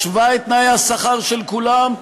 משווה את תנאי השכר של כולם,